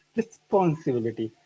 responsibility